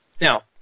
Now